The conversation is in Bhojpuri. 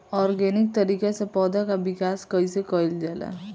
ऑर्गेनिक तरीका से पौधा क विकास कइसे कईल जाला?